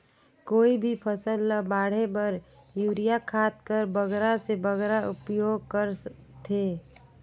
कोई भी फसल ल बाढ़े बर युरिया खाद कर बगरा से बगरा उपयोग कर थें?